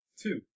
Two